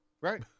Right